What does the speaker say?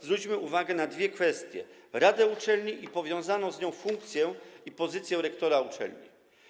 Zwróćmy uwagę na dwie kwestie - radę uczelni i powiązaną z nią funkcję i pozycję rektora uczelni.